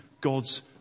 God's